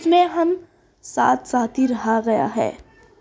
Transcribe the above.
اس میں ہم ساتھ ساتھ ہی رہا گیا ہے